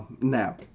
now